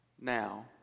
now